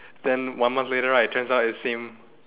then one month later right turns out is see him